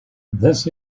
this